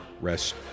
rest